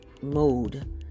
mode